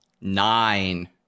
nine